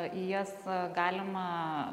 į jas galima